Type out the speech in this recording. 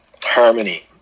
Harmony